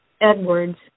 Edwards